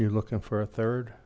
you're looking for a third